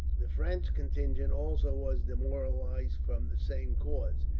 the french contingent also was demoralized, from the same cause.